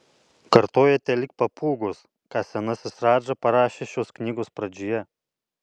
kartojate lyg papūgos ką senasis radža parašė šios knygos pradžioje